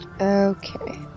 Okay